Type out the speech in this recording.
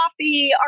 Coffee